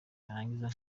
yarangiza